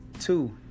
two